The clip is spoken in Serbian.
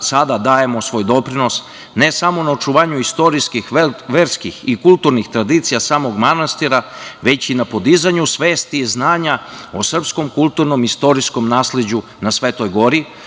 sada dajemo svoj doprinos, ne samo na očuvanju istorijskih, verskih i kulturnih tradicija samog manastira, već i na podizanju svesti, znanja o srpskom kulturnom i istorijskom nasleđu na Svetoj gori